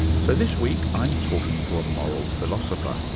so this week i'm talking to a moral philosopher,